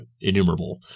innumerable